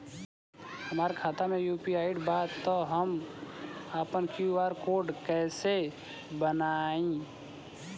हमार खाता यू.पी.आई बा त हम आपन क्यू.आर कोड कैसे बनाई?